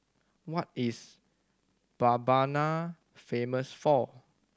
what is Mbabana famous for